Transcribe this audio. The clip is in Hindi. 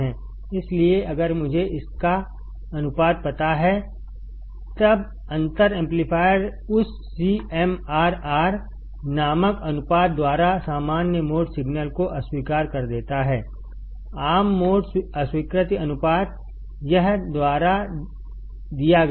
इसलिए अगर मुझे इसका अनुपात पता हैतब अंतर एम्पलीफायर उस CMRR सीएमआरआर नामक अनुपात द्वारा सामान्य मोड सिग्नल को अस्वीकार कर देता हैआम मोड अस्वीकृति अनुपात यह द्वारा दिया गया है